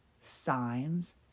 signs